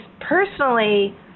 personally